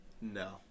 No